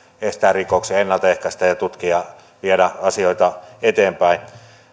estämään rikoksia ennaltaehkäisemään ja tutkimaan viemään asioita eteenpäin